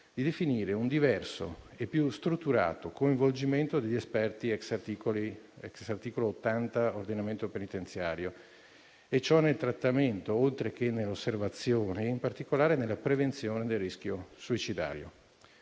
di definire un diverso e più strutturato coinvolgimento degli esperti, ex articolo 80 della legge sull'ordinamento penitenziario, nel trattamento, oltre che nell'osservazione e in particolare nella prevenzione del rischio suicidario.